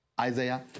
Isaiah